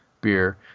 beer